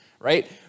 right